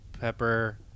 pepper